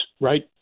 right